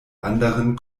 anderen